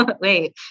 wait